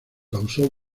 causó